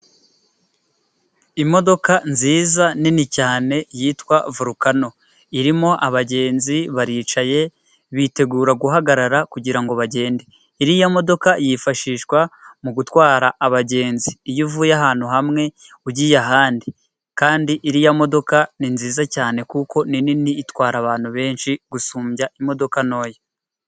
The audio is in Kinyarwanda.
Imodoka nziza nini cyane yitwa volukano. Irimo abagenzi baricaye, bitegura guhagarara kugirango bagende. Iriya modoka yifashishwa mu gutwara abagenzi, iyo uvuye ahantu hamwe ugiye ahandi. Kandi iriya modoka ni nziza cyane, kuko ni nini itwara abantu benshi gusumbya imodoka ntoya.